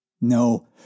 No